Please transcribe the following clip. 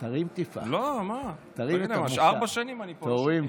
קודם כול אני רוצה לברך את אלה שהגיעו למשכן,